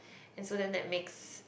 and so then that makes